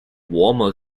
warmer